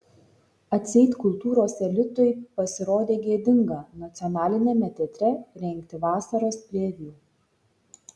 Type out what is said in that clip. atseit kultūros elitui pasirodė gėdinga nacionaliniame teatre rengti vasaros reviu